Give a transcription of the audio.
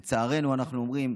לצערנו, אנחנו אומרים,